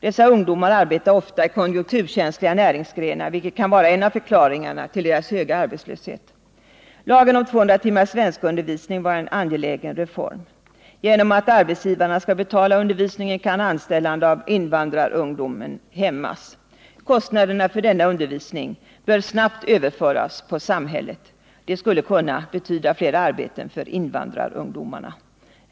Dessa ungdomar arbetar ofta i konjunkturkänsliga näringsgrenar, vilket kan vara en av förklaringarna till den höga arbetslösheten bland invandrarungdom. Lagen om 200 timmars svenskundervisning var en angelägen reform. Men om arbetsgivarna skall betala undervisningen kan anställande av invandrarungdom hämmas. Kostnaderna för denna undervisning bör snabbt överföras på samhället. Det skulle betyda fler arbeten för invandrarungdomarna.